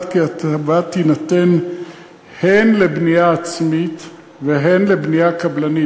כי ההטבה תינתן הן לבנייה עצמית והן לבנייה קבלנית,